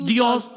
Dios